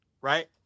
Right